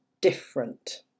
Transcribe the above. different